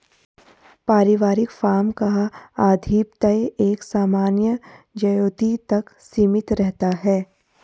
पारिवारिक फार्म का आधिपत्य एक सामान्य ज्योति तक सीमित रहता है